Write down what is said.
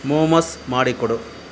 ಮೊಮೊಸ್ ಮಾಡಿಕೊಡು